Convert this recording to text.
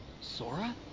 Sora